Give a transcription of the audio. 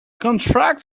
contract